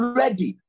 ready